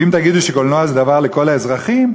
ואם תגידו שקולנוע זה דבר לכל האזרחים,